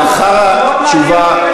אני מבטיח להישאר לשמוע מה יש לך לומר.